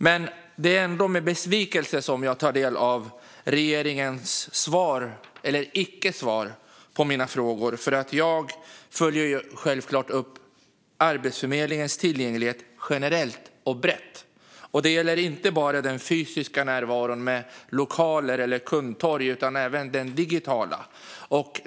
Ändå är det med besvikelse jag tar del av regeringens svar, eller icke-svar, på mina frågor. Jag följer självklart upp Arbetsförmedlingens tillgänglighet generellt och brett. Det gäller inte bara den fysiska närvaron med lokaler eller kundtorg utan även den digitala.